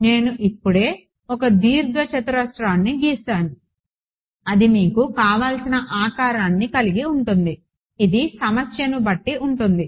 నేను ఇప్పుడే ఒక దీర్ఘచతురస్రాన్ని గీసాను అది మీకు కావలసిన ఆకారాన్ని కలిగి ఉంటుంది ఇది సమస్యను బట్టి ఉంటుంది